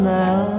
now